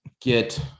get